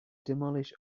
demolish